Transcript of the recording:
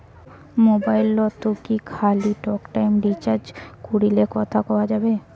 মোবাইলত কি খালি টকটাইম রিচার্জ করিলে কথা কয়া যাবে?